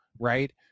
right